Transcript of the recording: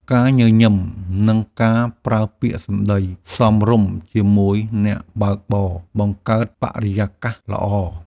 ការញញឹម និងការប្រើពាក្យសម្តីសមរម្យជាមួយអ្នកបើកបរ បង្កើតបរិយាកាសល្អ។